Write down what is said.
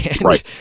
Right